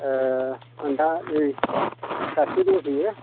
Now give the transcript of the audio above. ओ आंदा नै दाबसेयाव दंफैयो